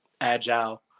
agile